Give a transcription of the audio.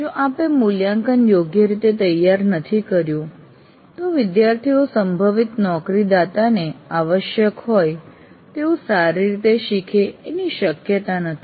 જો આપે મૂલ્યાંકન યોગ્ય રીતે તૈયાર નથી કર્યું તો વિદ્યાર્થીઓ સંભવિત નોકરીદાતાને આવશ્યક હોય તેવું સારી રીતે શીખે એની શક્યતા નથી